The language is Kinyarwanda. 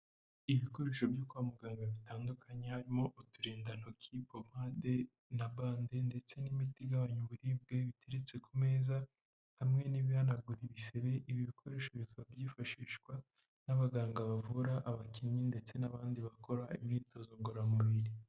Ibikoresho byo kwa muganga bitandukanye harimo uturindantokimade na bande ndetse n'imiti igabanya uburibwe bitetse ku meza hamwe n'ibihanagurwa ntibisebe ibi bikoresho bikaba byifashishwa n'abaganga bavura abakinnyi ndetse n'abandi bakora imyitozo ngororamubiri.